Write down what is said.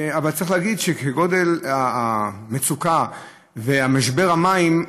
אבל צריך להגיד שכגודל המצוקה ומשבר המים,